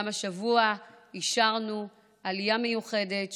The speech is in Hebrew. גם השבוע אישרנו עלייה מיוחדת,